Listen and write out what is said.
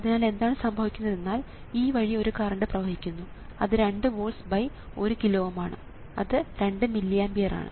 അതിനാൽ എന്താണ് സംഭവിക്കുന്നത് എന്നാൽ ഈ വഴി ഒരു കറണ്ട് പ്രവഹിക്കുന്നു അത് 2 വോൾട്സ്1 കിലോ Ω ആണ് അത് 2 മില്ലി ആമ്പിയർ ആണ്